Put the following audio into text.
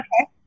Okay